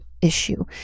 issue